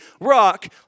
rock